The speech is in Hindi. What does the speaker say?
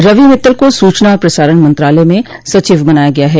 रवि मित्तल को सूचना और प्रसारण मंत्रालय म सचिव बनाया गया है